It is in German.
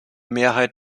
mehrheit